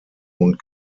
und